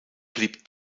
blieb